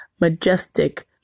majestic